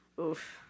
Oof